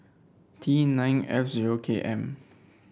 T nine F zero K M